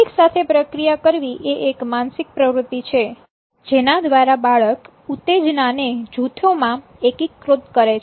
એક સાથે પ્રક્રિયા કરવી એ એક માનસિક પ્રવૃતિ છે જેના દ્વારા બાળક ઉત્તેજનાને જૂથોમાં એકીકૃત કરે છે